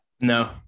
No